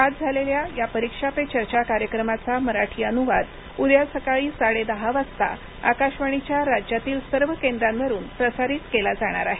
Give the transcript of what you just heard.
आज झालेल्या या परीक्षा पे चर्चा कार्यक्रमाचा मराठी अनुवाद उद्या सकाळी साडेदहा वाजता आकाशवाणीच्या राज्यातील सर्व केंद्रांवर प्रसारित केला जाणार आहे